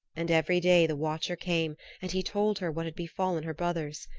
and every day the watcher came and he told her what had befallen her brothers.